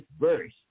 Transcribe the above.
verse